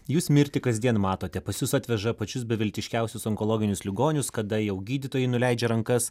jūs mirtį kasdien matote pas jus atveža pačius beviltiškiausius onkologinius ligonius kada jau gydytojai nuleidžia rankas